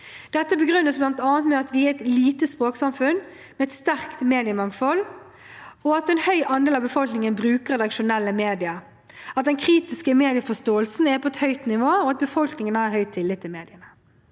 Dette begrunnes bl.a. med at vi er et lite språksamfunn med et sterkt mediemangfold, at en høy andel av befolkningen bruker redaksjonelle medier, at den kritiske medieforståelsen er på et høyt nivå. og at befolkningen har høy tillit til mediene.